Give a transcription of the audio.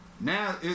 Now